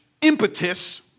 impetus